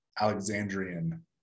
Alexandrian